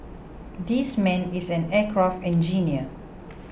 this man is an aircraft engineer